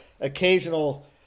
occasional